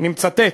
אני מצטט: